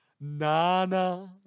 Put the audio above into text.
Na-na